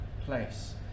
place